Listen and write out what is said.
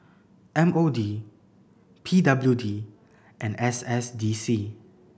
M O D P W D and S S D C